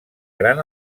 gran